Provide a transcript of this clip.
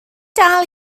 dal